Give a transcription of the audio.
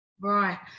Right